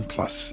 Plus